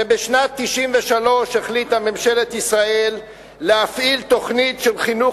שבשנת 1993 החליטה ממשלת ישראל להפעיל תוכנית של חינוך